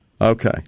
Okay